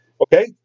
Okay